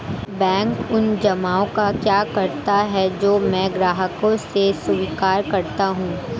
Bank उन जमाव का क्या करता है जो मैं ग्राहकों से स्वीकार करता हूँ?